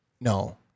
No